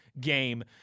game